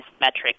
metrics